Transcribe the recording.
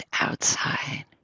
outside